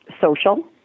social